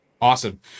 Awesome